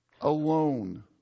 alone